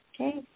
Okay